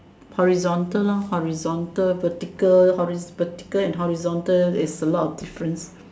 horizontal lah horizontal vertical horizon vertical and horizontal it's a lot of difference